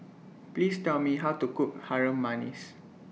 Please Tell Me How to Cook Harum Manis